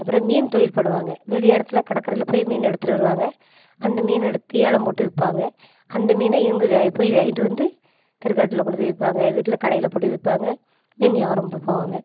அப்புறம் மீன் தொழில் பண்ணுவாங்க விடிய இடத்துல கடல்கரையில போய் மீன் எடுத்துட்டு வருவாங்க அந்த மீனை எடுத்து ஏலம் போட்டு விற்பாங்க அந்த மீனை இவங்க வே போய் வாங்கிட்டு வந்து திருக்காட்டில் கொண்டு போய் விற்பாங்க வீட்டில் கடையில் போட்டு விற்பாங்க மீன் யாபாரம் ப போவாங்க